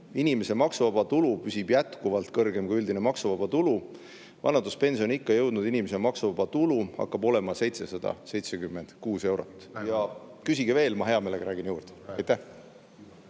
inimese maksuvaba tulu püsib jätkuvalt kõrgem kui üldine maksuvaba tulu. Vanaduspensioniikka jõudnud inimeste maksuvaba tulu hakkab olema 776 eurot. Küsige veel, ma hea meelega räägin juurde!